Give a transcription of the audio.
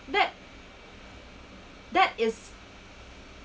that that is